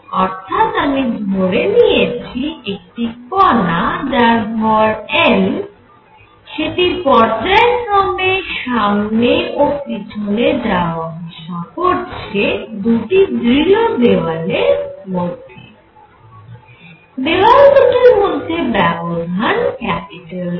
অর্থাৎ আমি ধরে নিয়েছি একটি কণা যার ভর m সেটি পর্যায়ক্রমে সামনে ও পেছনে যাওয়া আসা করছে দুটি দৃঢ় দেওয়ালের মধ্যে দেওয়াল দুটির মধ্যে ব্যবধান L